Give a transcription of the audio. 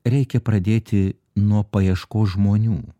reikia pradėti nuo paieškos žmonių